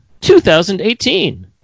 2018